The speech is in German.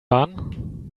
fahren